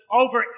over